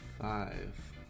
Five